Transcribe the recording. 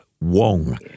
Wong